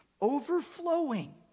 overflowing